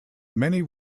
many